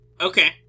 Okay